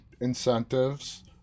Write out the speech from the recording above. incentives